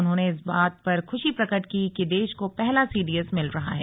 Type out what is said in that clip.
उन्होंने इस बात पर खुशी प्रकट की कि देश को पहला सीडीएस मिल रहा है